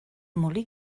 molí